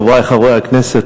חברי חברי הכנסת,